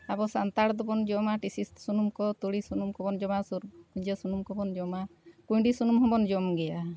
ᱟᱵᱚ ᱥᱟᱱᱛᱟᱲ ᱫᱚᱵᱚᱱ ᱡᱚᱢᱟ ᱴᱤᱥᱤ ᱥᱩᱱᱩᱢ ᱠᱚ ᱛᱩᱲᱤ ᱥᱩᱱᱩᱢ ᱠᱚᱵᱚᱱ ᱡᱚᱢᱟ ᱥᱩᱨ ᱥᱩᱱᱩᱢ ᱠᱚᱵᱚᱱ ᱡᱚᱢᱟ ᱠᱩᱸᱭᱰᱤ ᱥᱩᱱᱩᱢ ᱦᱚᱸᱵᱚᱱ ᱡᱚᱢ ᱜᱮᱭᱟ